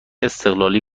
استقلالی